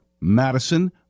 Madison